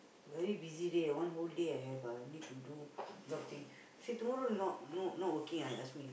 very busy day ah one whole day I have ah need to do a lot of thing he say tomorrow not not working ah he ask me